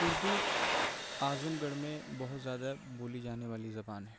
Urdu Azamgarh میں بہت زیادہ بولی جانے والی زبان ہے